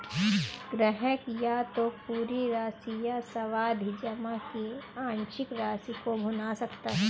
ग्राहक या तो पूरी राशि या सावधि जमा की आंशिक राशि को भुना सकता है